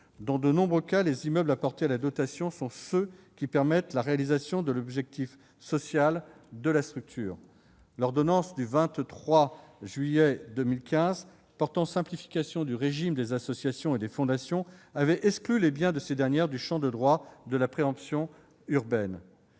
Dans de nombreux cas, les immeubles apportés à la dotation sont ceux qui permettent la réalisation de l'objet social de la structure. L'ordonnance du 23 juillet 2015 portant simplification du régime des associations et des fondations avait exclu les biens de ces dernières du champ du droit de la préemption urbaine.